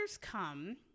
come